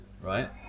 right